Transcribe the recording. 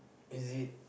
is it